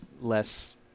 less